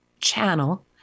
channel